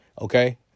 okay